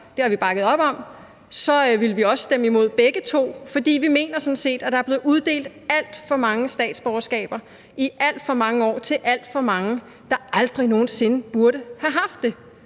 det har vi bakket op om – så ville vi også stemme imod begge to, fordi vi sådan set mener, at der er blevet uddelt alt for mange statsborgerskaber i alt for mange år til alt for mange, der aldrig nogen sinde burde have haft det.